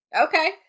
Okay